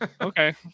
Okay